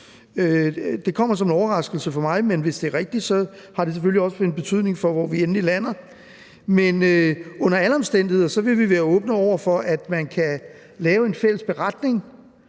det er overraskende for mig – så har det selvfølgelig også en betydning for, hvor vi lander endeligt. Under alle omstændigheder vil vi være åbne over for at lave en fælles beretning,